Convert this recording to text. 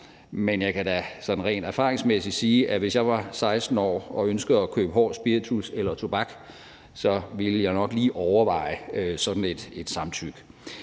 men jeg kan da rent erfaringsmæssigt sige, at hvis jeg var 16 år og ønskede at købe hård spiritus eller tobak, ville jeg nok lige overveje sådan et samtykke.